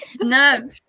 no